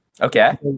Okay